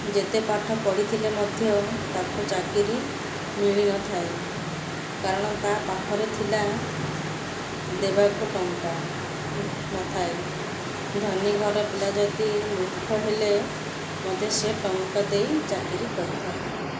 ଯେତେ ପାଠ ପଢ଼ିଥିଲେ ମଧ୍ୟ ତାକୁ ଚାକିରି ମିଳିନଥାଏ କାରଣ ତା ପାଠରେ ଥିଲା ଦେବାକୁ ଟଙ୍କା ନଥାଏ ଧନୀ ଘର ପିଲା ଯଦି ମୁର୍ଖ ହେଲେ ମୋତେ ସେ ଟଙ୍କା ଦେଇ ଚାକିରି କରିଥାନ୍ତି